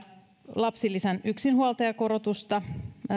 lapsilisän yksinhuoltajakorotusta